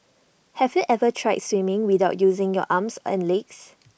have you ever tried swimming without using your arms and legs